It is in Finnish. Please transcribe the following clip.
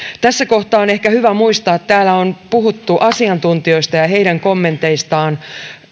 tässä kohtaa on ehkä hyvä muistaa täällä on puhuttu asiantuntijoista ja heidän kommenteistaan että